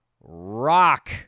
rock